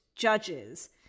judges